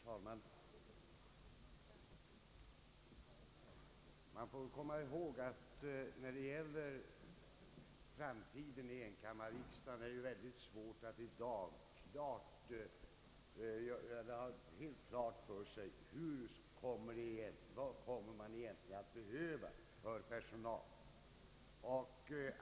Herr talman! Vi bör komma ihåg att det är mycket svårt att i dag veta vilket personalbehov som i framtiden kan föreligga för enkammarriksdagen.